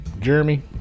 Jeremy